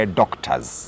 doctors